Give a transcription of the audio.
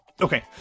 Okay